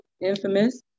Infamous